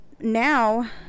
Now